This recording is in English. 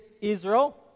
Israel